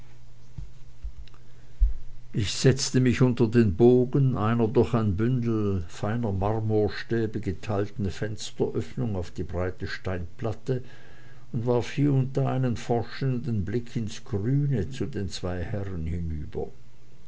ich setzte mich unter den bogen einer durch ein bündel feiner marmorstäbe geteilten fensteröffnung auf die breite steinplatte und warf hie und da einen forschenden blick ins grüne zu den zwei herren hinüber